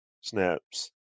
snaps